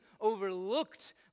overlooked